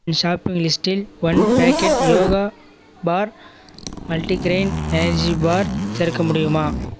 என் shopping லிஸ்ட்டில் one packet yoga bar multigrain energy bar சேர்க்க முடியுமா